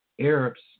arabs